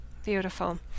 Beautiful